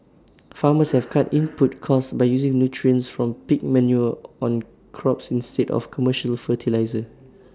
farmers have cut input costs by using nutrients from pig manure on crops instead of commercial fertiliser